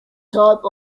type